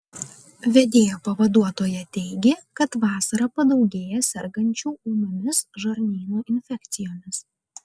vedėjo pavaduotoja teigė kad vasarą padaugėja sergančių ūmiomis žarnyno infekcijomis